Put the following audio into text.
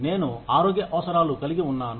నేను ఆరోగ్య అవసరాలు కలిగి ఉన్నాను